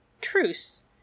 truce